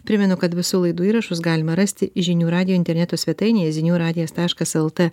primenu kad visų laidų įrašus galima rasti žinių radijo interneto svetainėje zinių radijas taškas eltė